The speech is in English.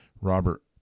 Robert